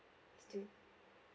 still